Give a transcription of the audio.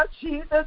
Jesus